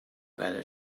better